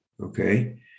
okay